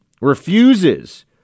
refuses